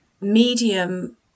medium